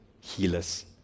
healers